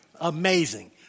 Amazing